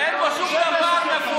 ואין פה שום דבר מפואר.